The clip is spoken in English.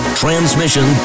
transmission